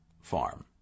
farm